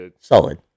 solid